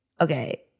okay